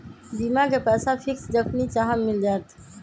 बीमा के पैसा फिक्स जखनि चाहम मिल जाएत?